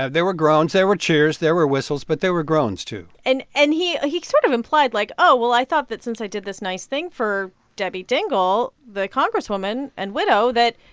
there were groans. there were cheers. there were whistles, but there were groans, too and and he he sort of implied, like, oh, well, i thought that since i did this nice thing for debbie dingell, the congresswoman and widow, that,